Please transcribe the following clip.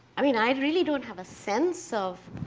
i mean i really don't have a sense of